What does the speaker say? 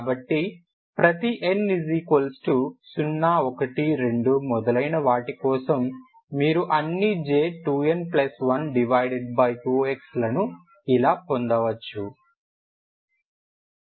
కాబట్టి ప్రతి n 0 1 2 మొదలైన వాటి కోసం మీరు అన్ని J2n12 x లను ఇలా పొందవచ్చు